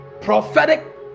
prophetic